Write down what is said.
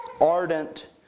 ardent